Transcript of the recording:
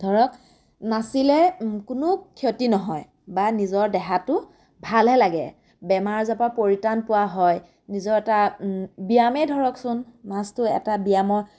ধৰক নাচিলে কোনো ক্ষতি নহয় বা নিজৰ দেহাটো ভালহে লাগে বেমাৰ আজাৰৰ পৰা পৰিত্ৰাণ পোৱা হয় নিজৰ এটা ব্যায়ামে ধৰকচোন নাচটো এটা ব্যায়ামৰ